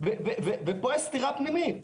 פה יש סתירה פנימית.